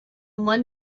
one